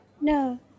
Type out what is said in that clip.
No